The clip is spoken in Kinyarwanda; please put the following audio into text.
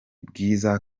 bwiza